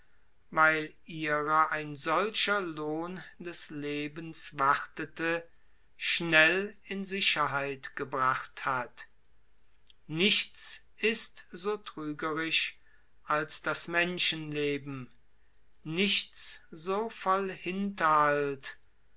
weil ihrer ein solcher lohn des lebens wartete schnell in sicherheit gebracht hat nichts ist so trügerisch als das menschenlebens nichts so voll hinterhalt